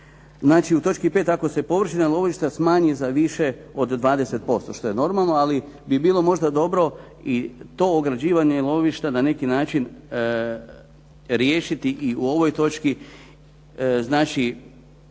Znači, u točki 5. ako se površina lovišta smanji za više od 20% što je normalno ali bi bilo možda dobro i to ograđivanje lovišta na neki način riješiti i u ovoj točki. Znači,